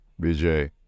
BJ